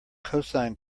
cosine